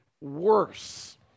worse